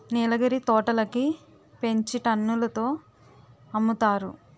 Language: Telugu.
నీలగిరి తోటలని పెంచి టన్నుల తో అమ్ముతారు